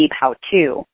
how-to